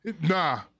Nah